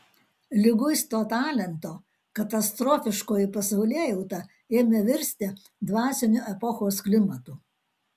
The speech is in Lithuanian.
liguisto talento katastrofiškoji pasaulėjauta ėmė virsti dvasiniu epochos klimatu